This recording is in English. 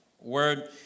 word